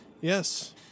yes